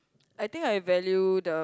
I think I value the